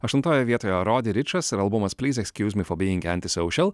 aštuntoje vietoje rodi ričas ir albumas please excuse me for being antisocial